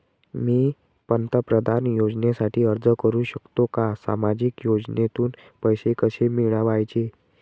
मी पंतप्रधान योजनेसाठी अर्ज करु शकतो का? सामाजिक योजनेतून पैसे कसे मिळवायचे